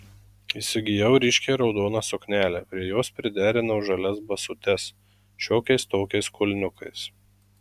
įsigijau ryškiai raudoną suknelę prie jos priderinau žalias basutes šiokiais tokiais kulniukais